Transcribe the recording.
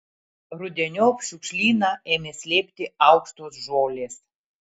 rudeniop šiukšlyną ėmė slėpti aukštos žolės